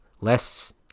less